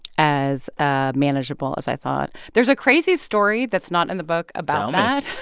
as ah manageable as i thought. there's a crazy story that's not in the book about um that